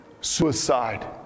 Suicide